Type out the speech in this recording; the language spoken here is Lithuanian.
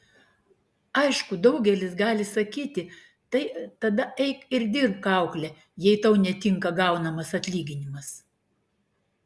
aišku daugelis gali sakyti tai tada eik ir dirbk aukle jei tau netinka gaunamas atlyginimas